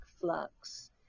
flux